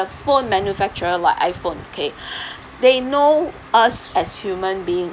phone manufacturer like iphone okay they know us as human being